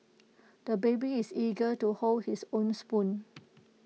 the baby is eager to hold his own spoon